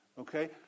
Okay